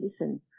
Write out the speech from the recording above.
listen